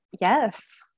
Yes